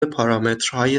پارامترهای